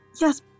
Yes